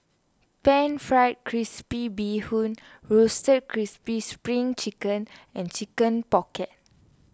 Pan Fried Crispy Bee Hoon Roasted Crispy Spring Chicken and Chicken Pocket